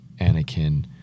Anakin